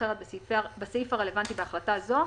אלא אם צוין במפורש אחרת בסעיף הרלוונטי בהחלטה זו,